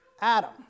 Adam